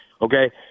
Okay